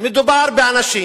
מדובר באנשים